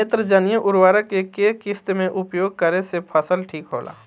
नेत्रजनीय उर्वरक के केय किस्त मे उपयोग करे से फसल ठीक होला?